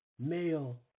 male